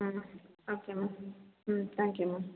ஆமாம் okay ma'am hmm thank you ma'am